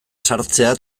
sartzea